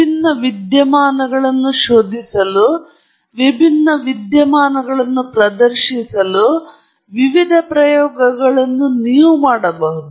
ವಿಭಿನ್ನ ವಿದ್ಯಮಾನಗಳನ್ನು ಶೋಧಿಸಲು ವಿಭಿನ್ನ ವಿದ್ಯಮಾನಗಳನ್ನು ಪ್ರದರ್ಶಿಸಲು ವಿವಿಧ ಪ್ರಯೋಗಗಳನ್ನು ನೀವು ಮಾಡಬಹುದು